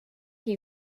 you